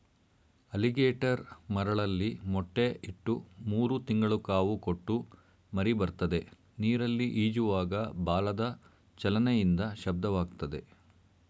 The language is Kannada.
ಅಲಿಗೇಟರ್ ಮರಳಲ್ಲಿ ಮೊಟ್ಟೆ ಇಟ್ಟು ಮೂರು ತಿಂಗಳು ಕಾವು ಕೊಟ್ಟು ಮರಿಬರ್ತದೆ ನೀರಲ್ಲಿ ಈಜುವಾಗ ಬಾಲದ ಚಲನೆಯಿಂದ ಶಬ್ದವಾಗ್ತದೆ